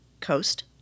Coast